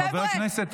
היועצת המשפטית.